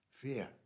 fear